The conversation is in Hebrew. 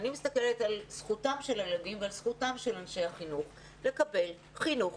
על זכותם של הילדים ועל זכותם של אנשי החינוך לקבל חינוך